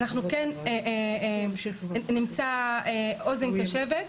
אנחנו כן נמצא אוזן קשבת.